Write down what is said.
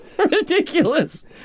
Ridiculous